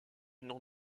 nom